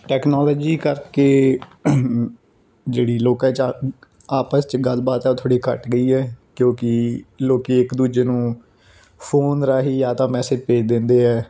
technology ਕਰਕੇ ਜਿਹੜੀ ਲੋਕਾ ਚਾ ਆਪਸ 'ਚ ਗੱਲਬਾਤ ਆ ਥੋੜ੍ਹੀ ਘੱਟ ਗਈ ਹੈ ਕਿਉਂਕਿ ਲੋਕ ਇੱਕ ਦੂਜੇ ਨੂੰ ਫੋਨ ਰਾਹੀਂ ਜਾਂ ਤਾਂ ਮੈਸੇਜ ਭੇਜ ਦਿੰਦੇ ਹੈ